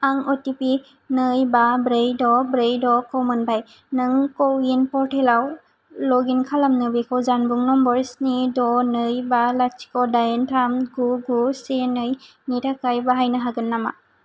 आं अटिपि नै बा ब्रै द' ब्रै द' खौ मोनबाय नों क' विन पर्टेलाव लग इन खालामनो बेखौ जानबुं नम्बर स्नि द' नै बा लाथिख' दाइन थाम गु गु से नै नि थाखाय बाहायनो हागोन नामा